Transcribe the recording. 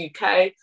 uk